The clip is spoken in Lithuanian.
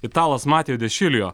italas matijo de šilijo